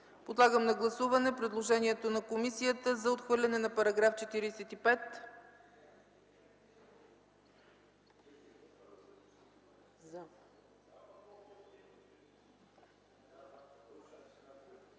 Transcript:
Подлагам на гласуване предложението на комисията за отхвърляне на § 66